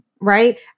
right